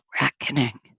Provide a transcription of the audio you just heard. reckoning